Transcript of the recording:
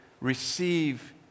receive